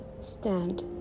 stand